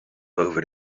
over